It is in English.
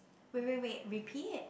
wait wait wait repeat it